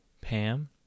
Pam